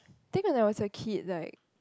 think when I was a kid like